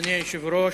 אדוני היושב-ראש,